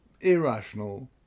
irrational